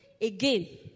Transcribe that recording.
Again